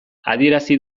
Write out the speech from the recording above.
adierazi